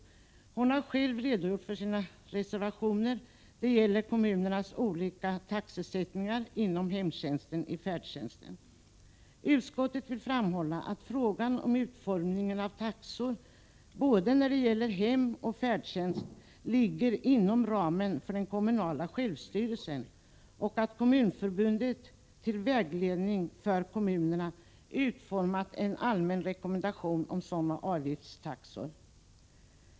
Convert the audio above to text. Inga Lantz har själv redogjort för sina reservationer. Det gäller kommunernas olika taxesättningar inom hemtjänsten och färdtjänsten. Utskottet vill framhålla att frågan om utformningen av taxor när det gäller både hemoch färdtjänsten ligger inom ramen för den kommunala självstyrelsen. Kommunförbundet har till vägledning för kommunerna utformat en allmän rekommendation om sådana avgiftstaxor.